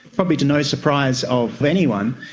probably to no surprise of anyone,